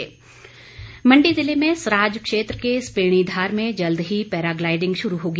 paragliding Mandi जिले में सराज क्षेत्र के सपेणीधार में जल्द ही पैराग्लाइडिंग शुरू होगी